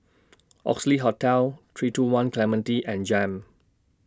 Oxley Hotel three two one Clementi and Jem